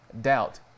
doubt